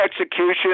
execution